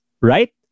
right